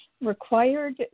required